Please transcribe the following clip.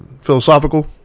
philosophical